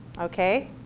Okay